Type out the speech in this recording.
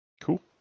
Cool